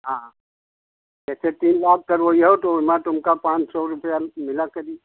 हाँ जैसे तीन लाख करबैहीयो तो ओयमे तुमको पाँच सौ रुपया मिला करी